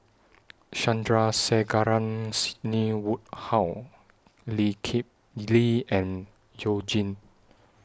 Sandrasegaran Sidney Woodhull Lee Kip Lee and YOU Jin